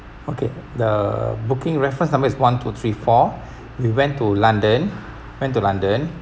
okay the booking reference number is one two three four we went to london went to london